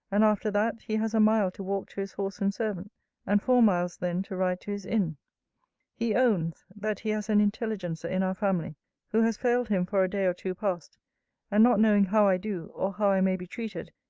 and after that, he has a mile to walk to his horse and servant and four miles then to ride to his inn he owns, that he has an intelligencer in our family who has failed him for a day or two past and not knowing how i do, or how i may be treated,